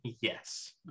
yes